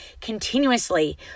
continuously